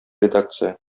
редакция